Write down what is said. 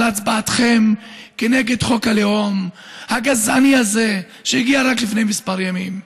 על הצבעתכם כנגד חוק הלאום הגזעני הזה שהגיע רק לפני כמה ימים.